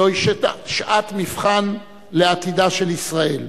זוהי שעת מבחן לעתידה של ישראל.